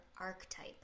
archetype